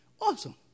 Awesome